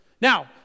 Now